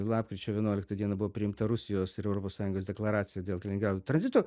lapkričio vienuoliktą dieną buvo priimta rusijos ir europos sąjungos deklaracija dėl kaliningrado tranzito